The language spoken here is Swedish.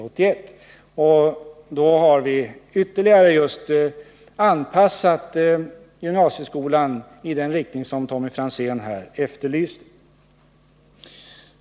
Därigenom kommer vi att ytterligare ha anpassat gymnasieskolan i den riktning som Tommy Franzén efterlyste.